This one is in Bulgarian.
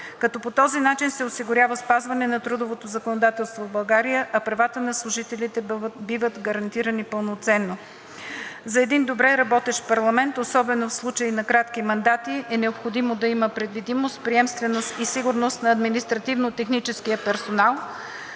като по този начин се осигурява спазване на трудовото законодателство в България, а правата на служителите биват гарантирани пълноценно. За един добре работещ парламент, особено в случай на кратки мандати, е необходимо да има предвидимост, приемственост и сигурност на административно-техническия персонал,